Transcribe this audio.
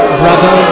brother